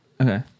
Okay